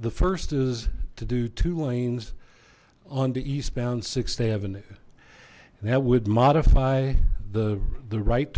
the first is to do two lanes on the eastbound sixth avenue that would modify the the right